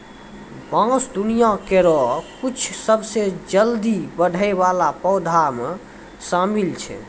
बांस दुनिया केरो कुछ सबसें जल्दी बढ़ै वाला पौधा म शामिल छै